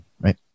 right